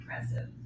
impressive